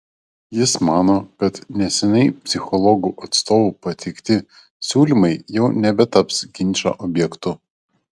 jis mano kad neseniai psichologų atstovų pateikti siūlymai jau nebetaps ginčo objektu